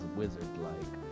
wizard-like